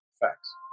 Facts